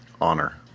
honor